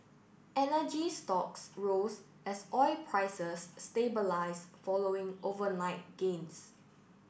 energy stocks rose as oil prices stabilised following overnight gains